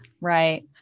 Right